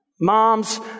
Moms